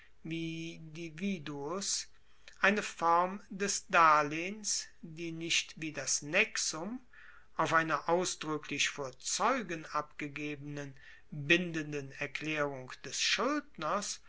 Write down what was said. eine form des darlehens die nicht wie das nexum auf einer ausdruecklich vor zeugen abgegebenen bindenden erklaerung des schuldners